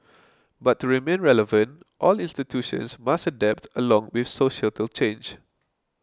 but to remain relevant all institutions must adapt along with societal change